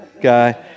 guy